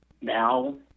now